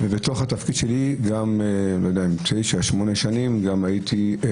ובתוך התפקיד שלי שמונה-תשע שנים הייתי גם